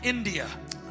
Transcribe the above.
India